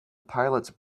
pilots